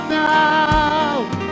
now